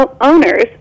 owners